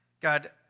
God